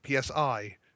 PSI